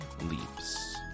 Leaps